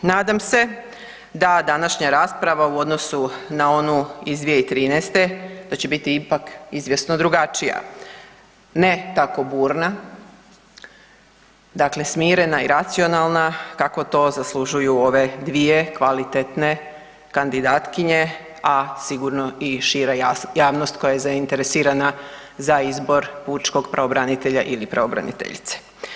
Nadam se da današnja rasprava u odnosu na onu iz 2013., da će biti ipak izvjesno drugačija, ne tako burna, dakle smirena i racionalna kako to zaslužuju ove dvije kvalitetne kandidatkinje a sigurno i šira javnost koja je zainteresirana za izbor pučkog pravobranitelja ili pravobraniteljice.